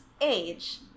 age